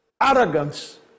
arrogance